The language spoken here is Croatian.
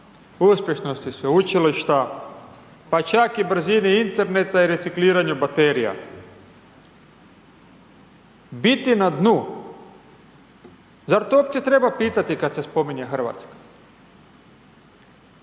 uspješnosti Sveučilišta, pa čak i brzini interneta i recikliranju baterija. Biti na dnu, zar to uopće treba pitati kada se spominje RH? Za